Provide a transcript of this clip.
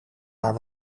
maar